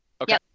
Okay